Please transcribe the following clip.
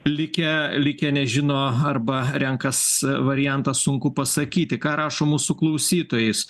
likę likę nežino arba renkasi variantą sunku pasakyti ką rašo mūsų klausytojais